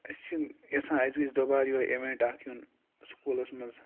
أسۍ چھِ یَژھان اَسہِ گژھِ دُبارٕ یِہوٚے اِوٮ۪نٛٹ اَکھ یُن سکوٗلَس منٛز